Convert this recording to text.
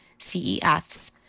CEFs